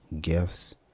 gifts